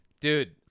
Dude